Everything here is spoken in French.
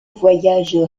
voyage